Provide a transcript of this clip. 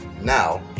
Now